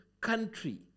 country